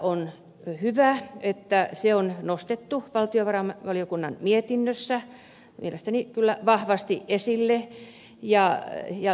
on hyvä että se on nostettu valtiovarainvaliokunnan mietinnössä mielestäni kyllä vahvasti esille ja lisätty